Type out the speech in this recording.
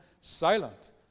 silent